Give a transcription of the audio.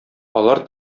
алар